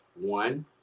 one